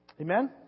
Amen